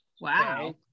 Wow